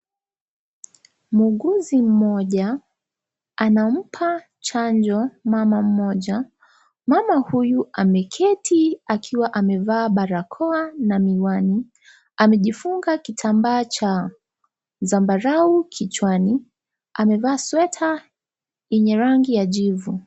Muuguzi mmoja anampa chanjo mama mmoja. Mama huyo ameketi akiwa amevaa barakoa na miwani. Amejifunga kitambaa cha zambarau kichwani, amevaa sweta yenye rangi ya jivu.